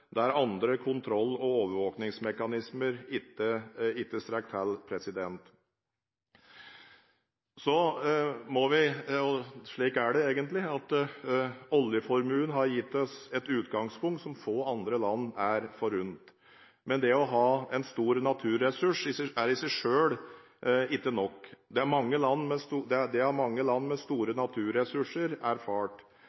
der andre kontroll- og overvåkingsmekanismer ikke strekker til. Slik er det, egentlig: Oljeformuen har gitt oss et utgangspunkt som er få andre land forunt. Men det å ha en stor naturressurs er i seg selv ikke nok. Det har mange land med store